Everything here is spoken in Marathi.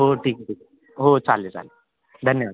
हो हो ठीक आहे ठीक आहे हो चालेल चालेल धन्यवाद